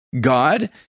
God